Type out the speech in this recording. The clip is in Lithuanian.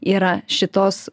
yra šitos